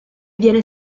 viene